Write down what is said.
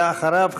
ואחריו,